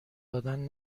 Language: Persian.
دادن